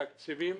תקציבים.